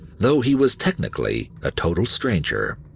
though he was technically a total stranger.